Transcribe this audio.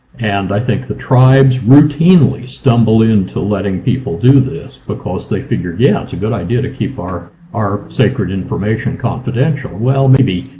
and i think the tribes routinely stumble into letting people do this because they figured, yeah, it's a good idea to keep our our sacred information confidential. well, maybe,